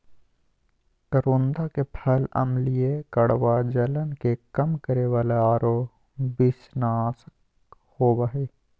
करोंदा के फल अम्लीय, कड़वा, जलन के कम करे वाला आरो विषनाशक होबा हइ